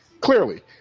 Clearly